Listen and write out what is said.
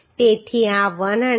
તેથી આ 108